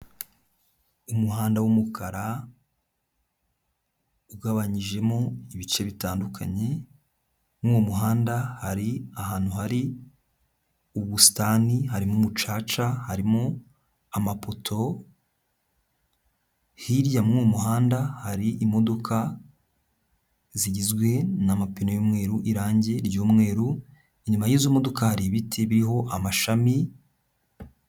Umuhanda w'umukara ugabanyijemo ibice bitandukanye, mu uwo muhanda hari ahantu, hari ubusitani, harimo umucaca harimo amapoto, hirya mu uwo muhanda hari imodoka zigizwe n'amapine y'umweru, irangi ry'umweru, inyuma y'izo modoka hari ibiti biriho amashami.